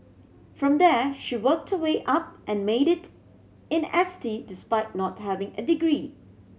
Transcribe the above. from there she worked way up and made it in S T despite not having a degree